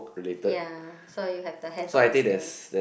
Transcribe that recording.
ya so you have the hands on skills